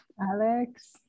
alex